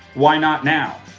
why not now?